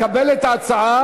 קבל את ההצעה,